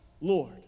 Lord